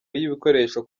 y’ibikoresho